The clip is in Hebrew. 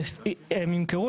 הם ימכרו.